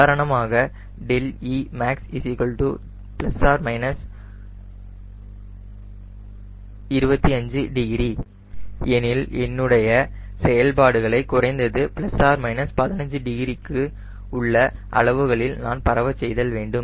உதாரணமாக δe max ±25டிகிரி எனில் என்னுடைய செயல்பாடுகளை குறைந்தது ±15 டிகிரி க்கு உள்ள அளவுகளில் நான் பரவச் செய்தல் வேண்டும்